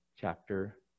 chapter